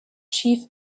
chief